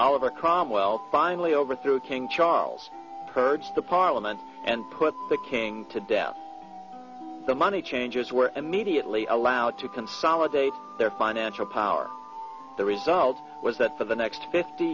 changers our krom well finally overthrew king charles purge the parliament and put the king to death the money changers were immediately allowed to consolidate their financial power the result was that for the next fifty